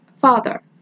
father